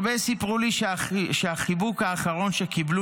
הרבה סיפרו לי שהחיבוק האחרון שקיבלו